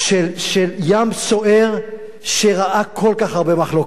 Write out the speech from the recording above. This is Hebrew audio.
ים סוער שראה כל כך הרבה מחלוקות,